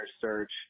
search